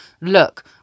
Look